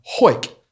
hoik